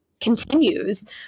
continues